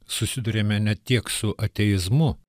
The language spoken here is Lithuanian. susiduriame ne tiek su ateizmu